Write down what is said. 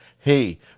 hey